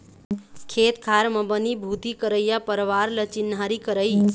खेत खार म बनी भूथी करइया परवार ल चिन्हारी करई